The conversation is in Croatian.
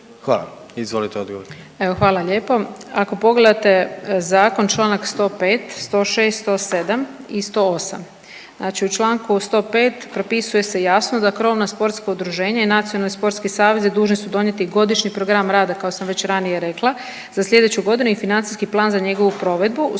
(HDZ)** Izvolite odgovor.